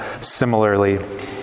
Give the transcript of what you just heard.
similarly